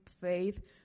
faith